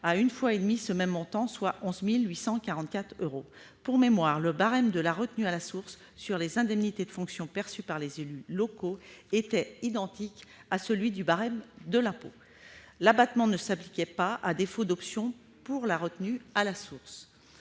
d'une fois et demie ce même montant, soit 11 844 euros. Pour mémoire, le barème de la retenue à la source sur les indemnités de fonction perçues par les élus locaux était identique à celui du barème de l'impôt. L'abattement ne s'appliquait pas à défaut d'option pour la retenue à la source.